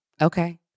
Okay